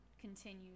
continue